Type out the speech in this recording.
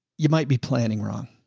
you might be planning wrong.